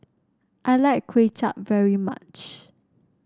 I like Kway Chap very much